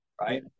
right